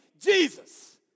Jesus